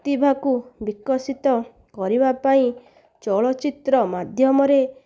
ପ୍ରତିଭାକୁ ବିକଶିତ କରିବାପାଇଁ ଚଳଚ୍ଚିତ୍ର ମାଧ୍ୟମରେ